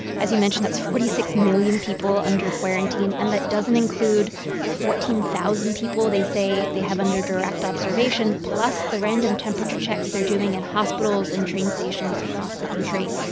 as you mentioned, that's forty six million people under quarantine. and that doesn't include the fourteen thousand people they say they have under direct observation, plus the random temperature checks they're doing in hospitals and train stations across the country.